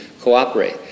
cooperate